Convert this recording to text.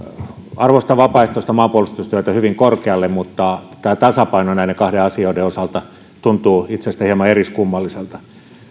arvostan vapaaehtoista maanpuolustustyötä hyvin korkealle mutta tämä tasapaino näiden kahden asian osalta tuntuu itsestäni hieman eriskummalliselta